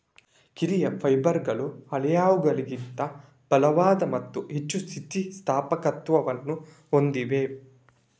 ಕಿರಿಯ ಫೈಬರ್ಗಳು ಹಳೆಯವುಗಳಿಗಿಂತ ಬಲವಾದ ಮತ್ತು ಹೆಚ್ಚು ಸ್ಥಿತಿ ಸ್ಥಾಪಕತ್ವವನ್ನು ಹೊಂದಿವೆ